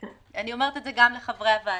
אני אומרת את זה גם לחברי הוועדה.